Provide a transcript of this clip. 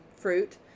fruit